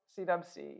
CWC